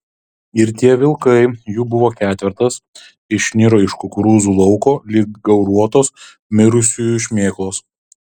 ir tie vilkai jų buvo ketvertas išniro iš kukurūzų lauko lyg gauruotos mirusiųjų šmėklos